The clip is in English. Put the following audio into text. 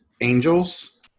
angels